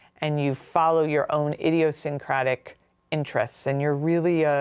and you follow your own idiosyncratic interest. and you're really, ah,